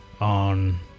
On